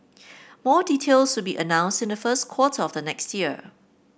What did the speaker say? more details will be announced in the first quarter of the next year